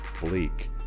bleak